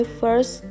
first